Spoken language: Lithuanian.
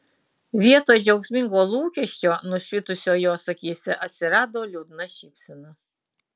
vietoj džiaugsmingo lūkesčio nušvitusio jos akyse atsirado liūdna šypsena